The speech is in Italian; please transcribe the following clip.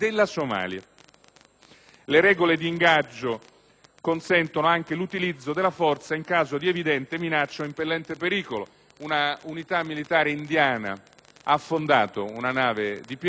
Le regole di ingaggio consentono anche l'utilizzo della forza in caso di evidente minaccia o impellente pericolo. Una unità militare indiana ha affondato una nave di pirati circa un mese fa